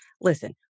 listen